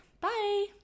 bye